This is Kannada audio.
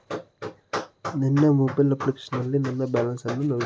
ನನ್ನ ಮೊಬೈಲ್ ಅಪ್ಲಿಕೇಶನ್ ನಲ್ಲಿ ನನ್ನ ಬ್ಯಾಲೆನ್ಸ್ ಅನ್ನು ನವೀಕರಿಸಲಾಗಿಲ್ಲ